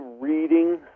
reading